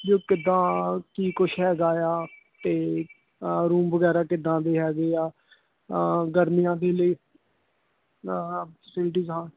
ਵੀ ਉਹ ਕਿੱਦਾਂ ਕੀ ਕੁਛ ਹੈਗਾ ਆ ਅਤੇ ਰੂਮ ਵਗੈਰਾ ਕਿੱਦਾਂ ਦੇ ਹੈਗੇ ਆ ਗਰਮੀਆਂ ਦੇ ਲਈ